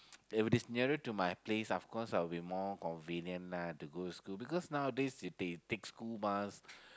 if it is nearer to my place of course I'll be more convenient lah to go to school because nowadays they take school bus